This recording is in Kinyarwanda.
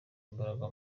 imbaraga